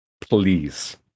please